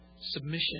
submission